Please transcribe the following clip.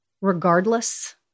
regardless